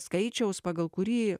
skaičiaus pagal kurį